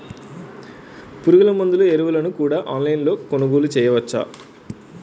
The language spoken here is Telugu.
పురుగుమందులు ఎరువులను కూడా ఆన్లైన్ లొ కొనుగోలు చేయవచ్చా?